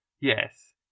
Yes